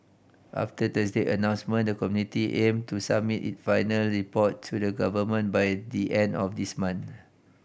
after Thursday announcement the committee aim to submit it final report to the Government by the end of this month